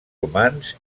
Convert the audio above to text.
romans